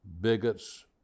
bigots